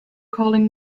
calling